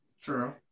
True